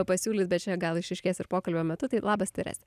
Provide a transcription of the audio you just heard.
pasiūlyt bet čia gal išryškės ir pokalbio metu tai labas terese